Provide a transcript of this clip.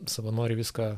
savanoriai viską